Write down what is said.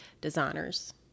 designers